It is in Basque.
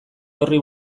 horri